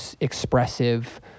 expressive